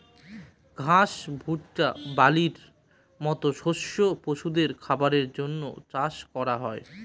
ঘাস, ভুট্টা, বার্লির মতো শস্য পশুদের খাবারের জন্য চাষ করা হোক